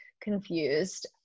confused